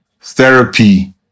therapy